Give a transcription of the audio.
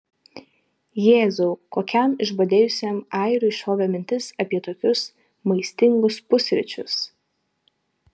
jėzau kokiam išbadėjusiam airiui šovė mintis apie tokius maistingus pusryčius